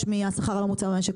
גם נושא המכסות,